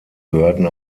gehörten